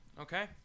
Okay